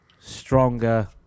stronger